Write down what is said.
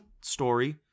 story